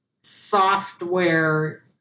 software